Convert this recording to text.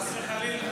חס וחלילה.